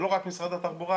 ולא רק משרד התחבורה,